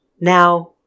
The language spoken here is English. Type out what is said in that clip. now